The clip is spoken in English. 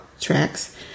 tracks